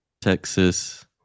Texas